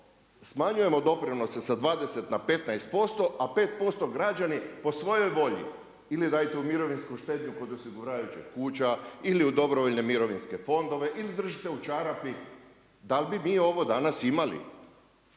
smanjujemo doprinose sa 20 na 15% a 5% građani po svojoj volji. Ili dajte u mirovinsku štednju kod osiguravajućih kuća ili u dobrovolje mirovinske fondove ili držite u čarapi, dal bi mi ovo danas imali?